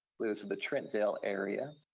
with the trentdale area.